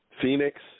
Phoenix